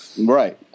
Right